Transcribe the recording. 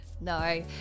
No